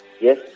yes